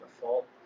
default